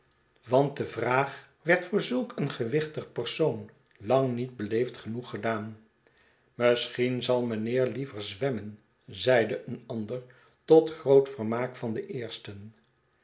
want de vraag werd voor zulk een gewichtig persoon lang niet beleefd genoeg gedaan misschien zal mijnheer liever zwemmen zeide een ander tot groot vermaak van den eersten